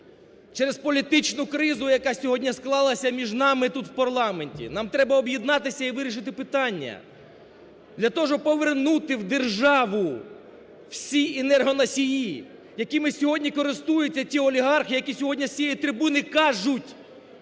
Через політичну кризу, яка сьогодні склалася між нами тут, в парламенті, нам треба об'єднатися і вирішити питання для того, щоб повернути в державу всі енергоносії, якими сьогодні користуються ті олігархи, які сьогодні з цієї трибуни кажуть,